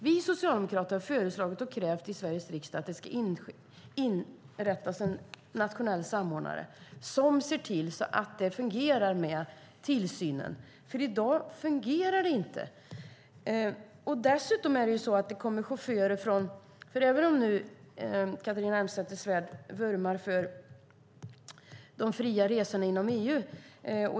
Vi socialdemokrater har föreslagit och även krävt i Sveriges riksdag att en nationell samordnare inrättas som ser till att tillsynen fungerar. I dag fungerar inte denna. Catharina Elmsäter-Svärd vurmar för de fria resorna inom EU.